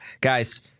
Guys